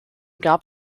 gab